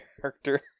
character